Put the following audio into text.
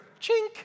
Chink